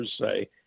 say